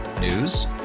News